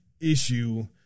issue